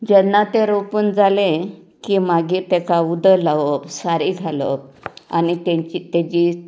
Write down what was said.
जेन्ना ते रोपून जाले की मागीर तेका उदक लावप सारें घालप आनी तेची तेंची